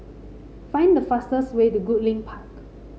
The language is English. find the fastest way to Goodlink Park